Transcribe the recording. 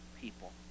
people